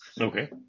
Okay